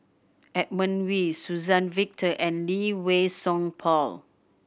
Edmund Wee Suzann Victor and Lee Wei Song Paul